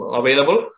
available